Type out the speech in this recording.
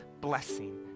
blessing